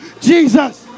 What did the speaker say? jesus